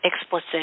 explicit